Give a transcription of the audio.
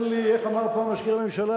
אין לי, איך אמר פעם מזכיר הממשלה?